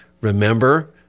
Remember